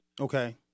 Okay